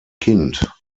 kind